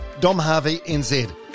domharveynz